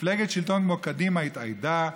מפלגת שלטון כמו קדימה התאיידה.